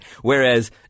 whereas